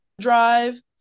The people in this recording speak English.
drive